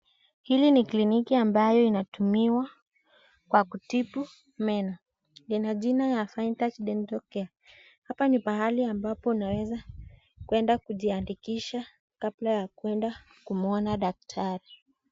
Hili ni kliniki ambayo inatumiwa kwa kutibu meno. Ina jina ya Fine Touch Dental Care . Hapa ni pahali ambapo unaweza kwenda kujiandikisha kabla ya kwenda kumuona daktari.